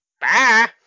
Bye